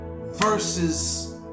versus